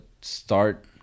start